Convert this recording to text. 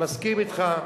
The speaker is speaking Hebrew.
מסכים אתך.